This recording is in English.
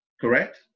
correct